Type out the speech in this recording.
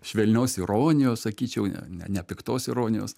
švelnios ironijos sakyčiau ne nepiktos ironijos